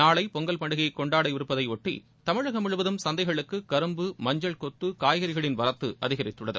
நாளை பொங்கல் பண்டிகை கொண்டாடப்பட விருப்பதையொட்டி தமிழகம் முழுவதும் சந்தைகளுக்கு கரும்பு மஞ்சள் கொத்து காய்கறிகளின் வரத்து அதிகரித்துள்ளது